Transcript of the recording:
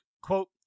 quote